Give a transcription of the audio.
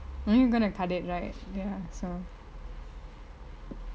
anyway you are going to cut it right ya so